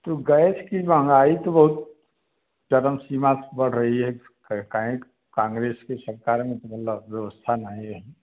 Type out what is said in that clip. तो गैस कि महंगाई तो बहुत चरम सीमा से बढ़ रही है काहे के कांग्रेस की सरकार में मतलब व्यवस्था नहीं है